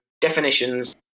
definitions